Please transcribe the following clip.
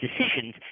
decisions